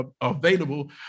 available